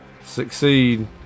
succeed